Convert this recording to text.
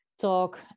talk